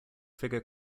figure